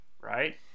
right